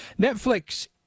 Netflix